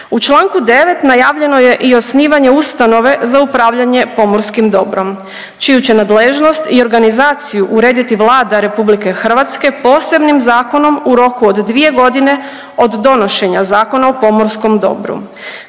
U čl. 9. najavljeno je i osnivanje ustanove za upravljanje pomorskim dobrom čiju će nadležnost i organizaciju urediti Vlada RH posebnim zakonom u roku od 2.g. od donošenja Zakona o pomorskom dobru.